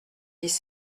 dix